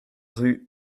rue